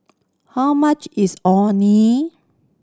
how much is Orh Nee